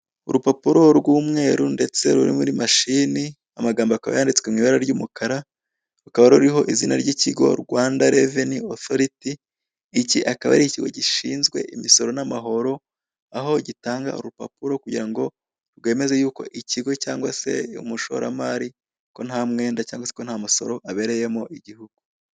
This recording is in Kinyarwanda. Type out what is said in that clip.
Urupapuro rw'umweru ndetse ruri muri mashine, amagambo akaba yanditswe mu ibara ry'umukara. Rukaba ruriho izina ry'ikigo 'Rwanda Revenue Authority'. Iki akaba ari ikigo gishinzwe imisoro n'amahoro, aho gitanga urupapuro kugira ngo rwemeze ko ikigo cyangwa umushoramari nta mwenda abereyemo igihugu.